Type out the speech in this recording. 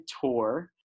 tour